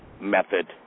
method